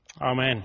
Amen